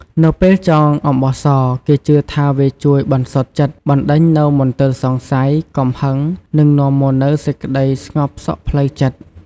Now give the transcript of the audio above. នៅពេលចងអំបោះស គេជឿថាវាជួយ បន្សុទ្ធចិត្ត បណ្ដេញនូវមន្ទិលសង្ស័យ កំហឹង និងនាំមកនូវសេចក្តីស្ងប់សុខផ្លូវចិត្ត។